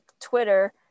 twitter